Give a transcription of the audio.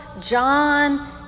John